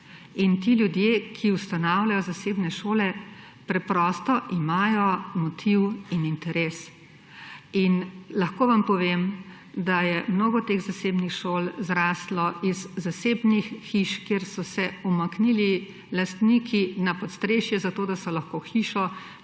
ti ljudje, ki ustanavljajo zasebne šole, preprosto imajo motiv in interes. In lahko vam povem, da je mnogo teh zasebnih šol zraslo iz zasebnih hiš, kjer so se lastniki umaknili na podstrešje zato, da so lahko hišo